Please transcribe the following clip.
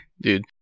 dude